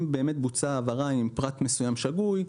באמת בוצעה העברה עם פרט מסוים שגוי,